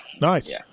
Nice